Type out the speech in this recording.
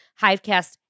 Hivecast